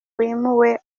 wimuwe